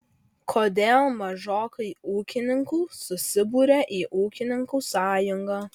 kodėl mažokai ūkininkų susibūrę į ūkininkų sąjungą